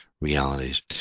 realities